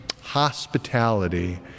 Hospitality